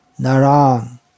Naran